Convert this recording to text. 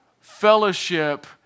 fellowship